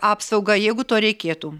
apsaugą jeigu to reikėtų